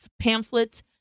pamphlets